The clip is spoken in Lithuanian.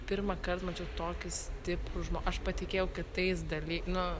pirmąkart mačiau tokį stiprų žmo aš patikėjau kitais daly nu